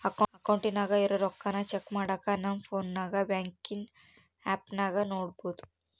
ಅಕೌಂಟಿನಾಗ ಇರೋ ರೊಕ್ಕಾನ ಚೆಕ್ ಮಾಡಾಕ ನಮ್ ಪೋನ್ನಾಗ ಬ್ಯಾಂಕಿನ್ ಆಪ್ನಾಗ ನೋಡ್ಬೋದು